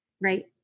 Right